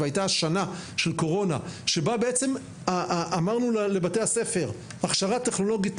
והייתה שנה של קורונה שבה אמרנו לבתי הספר הכשרה טכנולוגית,